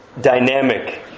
dynamic